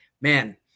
man